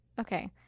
Okay